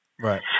Right